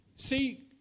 See